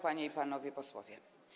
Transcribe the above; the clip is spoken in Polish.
Panie i Panowie Posłowie!